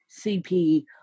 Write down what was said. CP